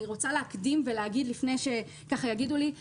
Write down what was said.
אני רוצה להקדים ולהגיד לפני שיגידו לי את זה.